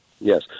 Yes